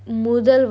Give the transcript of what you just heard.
mm